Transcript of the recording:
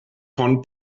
von